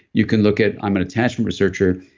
you can look at, i'm an attachment researcher,